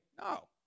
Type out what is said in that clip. No